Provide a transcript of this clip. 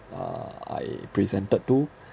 uh I presented to